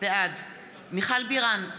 בעד מיכל בירן,